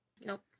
Nope